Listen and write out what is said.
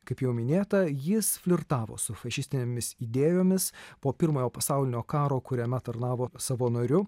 kaip jau minėta jis flirtavo su fašistinėmis idėjomis po pirmojo pasaulinio karo kuriame tarnavo savanoriu